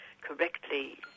correctly